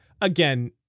again